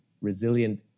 resilient